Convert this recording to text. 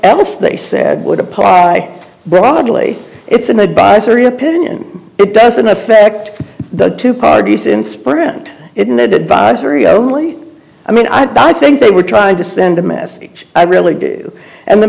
else they said would apply broadly it's an advisory opinion it doesn't affect the two parties in sprint it's an advisory only i mean i think they were trying to send a message i really do and the